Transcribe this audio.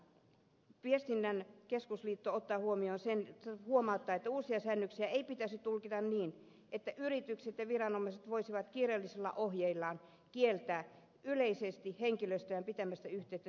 sen sijaan viestinnän keskusliitto huomauttaa että uusia säännöksiä ei pitäisi tulkita niin että yritykset ja viranomaiset voisivat kirjallisilla ohjeillaan kieltää yleisesti henkilöstöään pitämästä yhteyttä tiedotusvälineisiin